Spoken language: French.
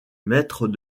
maîtres